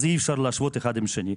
אז אי אפשר להשוות אחד עם השני,